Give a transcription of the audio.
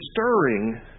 stirring